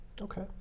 Okay